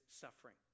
suffering